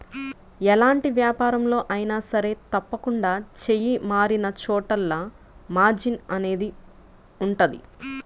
ఎలాంటి వ్యాపారంలో అయినా సరే తప్పకుండా చెయ్యి మారినచోటల్లా మార్జిన్ అనేది ఉంటది